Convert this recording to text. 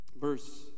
verse